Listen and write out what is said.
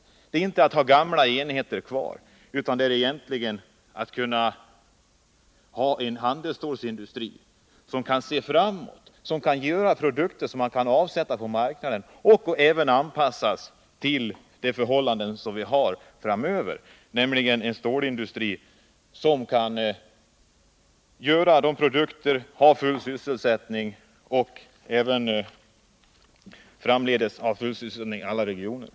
Det handlar inte om att ha kvar gamla enheter, utan vi vill ha en handelsstålsindustri som kan se framåt, som kan göra produkter som går att avsätta på marknaden och som kan anpassa tillverkningen till de förhållanden som vi har att vänta oss framöver. Med en sådan stålindustri kan man skapa full sysselsättning inom alla de här regionerna.